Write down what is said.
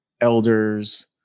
elders